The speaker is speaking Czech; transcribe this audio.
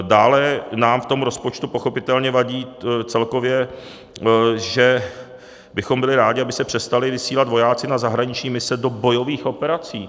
Dále nám v tom rozpočtu pochopitelně vadí celkově, že bychom byli rádi, aby se přestali vysílat vojáci na zahraniční mise do bojových operací.